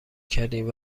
کردین